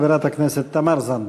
חברת הכנסת תמר זנדברג.